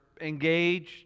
engaged